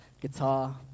guitar